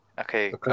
Okay